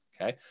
okay